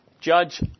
judge